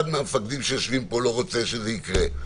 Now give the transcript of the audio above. מהמפקדים שיושבים פה לא רוצה שזה יקרה,